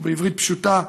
או בעברית פשוטה: